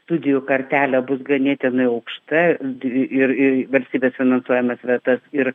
studijų kartelė bus ganėtinai aukšta dd ir ir į valstybės finansuojamas vietas ir